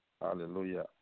Hallelujah